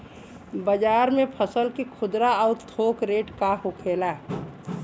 बाजार में फसल के खुदरा और थोक रेट का होखेला?